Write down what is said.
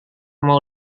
mau